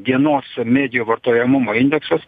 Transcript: dienos medijų vartojamumo indeksas